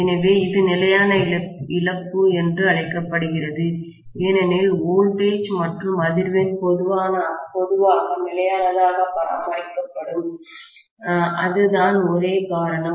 எனவே இது நிலையான இழப்பு என்று அழைக்கப்படுகிறது ஏனெனில் வோல்டேஜ் மற்றும் அதிர்வெண் பொதுவாக நிலையானதாக பராமரிக்கப்படும் அதுதான் ஒரே காரணம்